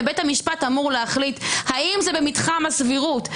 ובית המשפט אמור להחליט האם זה בכלל במתחם הסבירות.